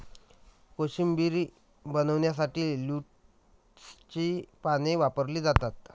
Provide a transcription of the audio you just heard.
कोशिंबीर बनवण्यासाठी लेट्युसची पाने वापरली जातात